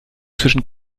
zwischen